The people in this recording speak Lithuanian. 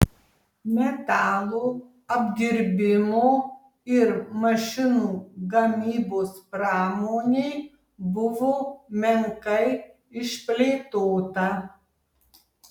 metalo apdirbimo ir mašinų gamybos pramonė buvo menkai išplėtota